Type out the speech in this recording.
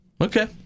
Okay